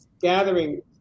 gathering